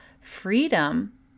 Freedom